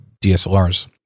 DSLRs